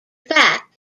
fact